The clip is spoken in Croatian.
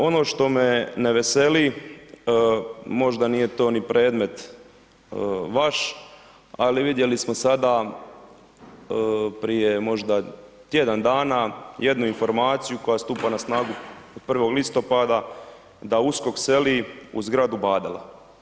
ono što me ne veseli, možda nije to ni predmet vaš, ali vidjeli smo sada prije možda tjedan dana jednu informaciju koja stupa na snagu od 1. listopada, da USKOK seli u zgradu Badela.